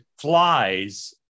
flies